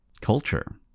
Culture